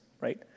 right